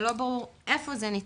ולא ברור איפה זה נתקע,